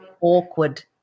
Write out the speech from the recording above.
awkward